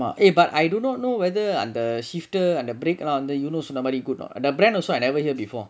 eh but I do not know whether அந்த:antha shifter அந்த:antha break leh வந்து:vanthu eunos சொன்னமாரி:sonnamaari good and the brand also I never hear before